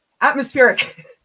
atmospheric